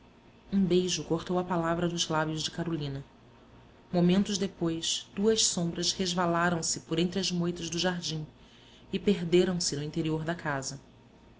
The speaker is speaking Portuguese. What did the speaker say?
um beijo cortou a palavra nos lábios de carolina momentos depois duas sombras resvalaram se por entre as moitas do jardim e perderam-se no interior da casa